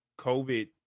COVID